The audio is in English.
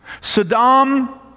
Saddam